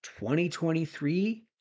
2023